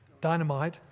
dynamite